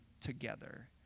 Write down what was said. together